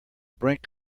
brink